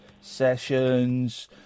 sessions